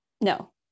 no